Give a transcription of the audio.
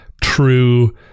true